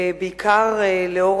בעיקר בעקבות